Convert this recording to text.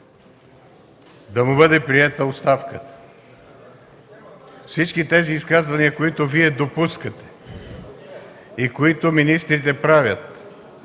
да му бъде приета оставката. Всички тези изказвания, които Вие допускате и които министрите правят,